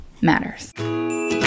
matters